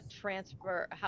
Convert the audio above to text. transfer